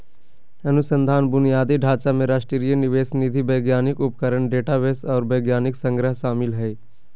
अनुसंधान बुनियादी ढांचा में राष्ट्रीय निवेश निधि वैज्ञानिक उपकरण डेटाबेस आर वैज्ञानिक संग्रह शामिल हइ